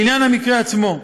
לעניין המקרה עצמו,